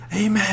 Amen